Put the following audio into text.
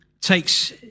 takes